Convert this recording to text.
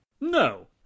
No